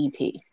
EP